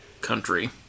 country